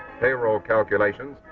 payroll calculations,